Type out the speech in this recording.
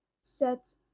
set